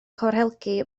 corhelgi